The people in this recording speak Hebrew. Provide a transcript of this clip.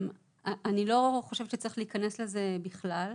אני לא חושבת שצריך להיכנס לזה בכלל.